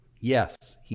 Yes